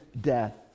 death